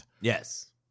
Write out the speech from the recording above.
Yes